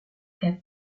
cap